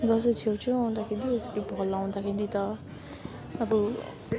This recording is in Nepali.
दसैँ छेउछेउ आउँदाखेरि यसरी भल आउँदाखेरि त अब